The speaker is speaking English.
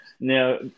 Now